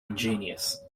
ingenious